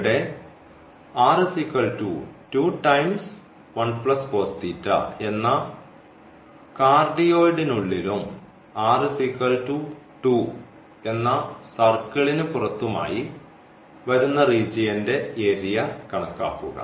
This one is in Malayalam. ഇവിടെ എന്ന കാർഡിയോയിഡിനുള്ളിലും എന്ന സർക്കിളിന് പുറത്തുമായി വരുന്ന റീജിയൻറെ ഏരിയ കണക്കാക്കുക